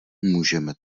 můžeme